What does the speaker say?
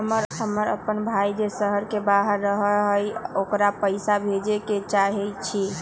हमर अपन भाई जे शहर के बाहर रहई अ ओकरा पइसा भेजे के चाहई छी